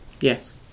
yes